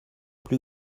plus